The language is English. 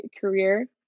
career